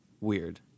Weird